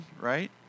right